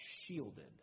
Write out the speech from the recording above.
shielded